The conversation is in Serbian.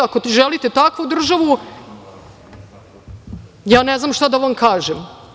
Ako želite takvu državu, ja ne znam šta da vam kažem.